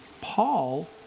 Paul